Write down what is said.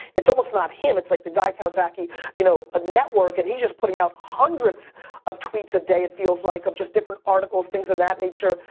it's almost not him. it's like the guy kawasaki you know ah network, and he's just putting out hundreds of tweets a day it feels like of just different articles, things of that nature,